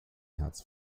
herz